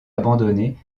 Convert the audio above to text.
abandonnée